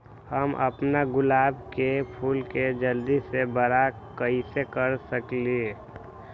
हम अपना गुलाब के फूल के जल्दी से बारा कईसे कर सकिंले?